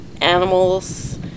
animals